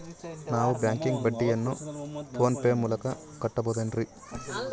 ನಾವು ಬ್ಯಾಂಕಿಗೆ ಬಡ್ಡಿಯನ್ನು ಫೋನ್ ಪೇ ಮೂಲಕ ಕಟ್ಟಬಹುದೇನ್ರಿ?